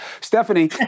Stephanie